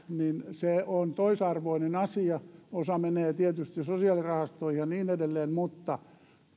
menevät on toisarvoinen asia osa menee tietysti sosiaalirahastoihin ja niin edelleen mutta